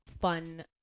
fun